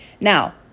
Now